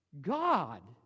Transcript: God